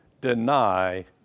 deny